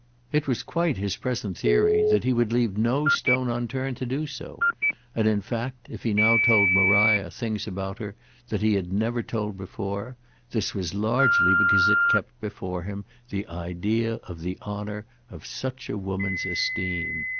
it was quite his present theory that he would leave no stone unturned to do so and in fact if he now told maria things about her that he had never told before this was largely because it kept before him the idea of the honour of such a woman's esteem.